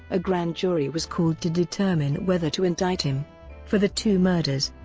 a grand jury was called to determine whether to indict him for the two murders.